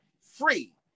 free